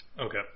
Okay